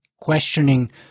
questioning